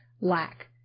lack